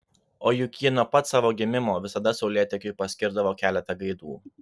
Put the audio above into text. o juk ji nuo pat savo gimimo visada saulėtekiui paskirdavo keletą gaidų